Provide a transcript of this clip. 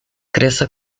cresça